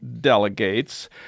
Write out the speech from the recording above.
delegates